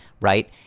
right